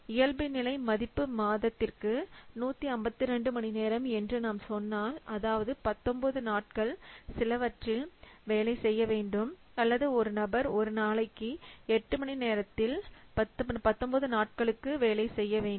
இயல்புநிலை மதிப்பு மாதத்திற்கு 152 மணி நேரம் என்று நாம் சொன்னால் அதாவது 19 நாட்கள் சிலவற்றில் வேலை செய்யவேண்டும் அல்லது ஒரு நபர் ஒரு நாளைக்கு 8 மணி நேரத்தில் 19 நாட்கள் வேலை செய்ய வேண்டும்